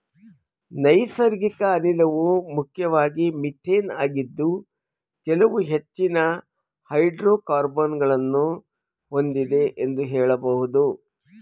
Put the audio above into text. ನೈಸರ್ಗಿಕ ಅನಿಲವು ಮುಖ್ಯವಾಗಿ ಮಿಥೇನ್ ಆಗಿದ್ದು ಕೆಲವು ಹೆಚ್ಚಿನ ಹೈಡ್ರೋಕಾರ್ಬನ್ ಗಳನ್ನು ಹೊಂದಿದೆ ಎಂದು ಹೇಳಬಹುದು